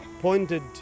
pointed